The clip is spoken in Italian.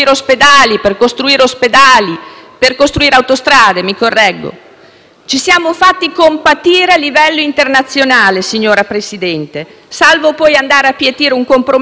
per costruire scuole, ospedali, autostrade. Ci siamo fatti compatire a livello internazionale, signor Presidente, salvo poi andare a pietire un compromesso al ribasso col cappello in mano.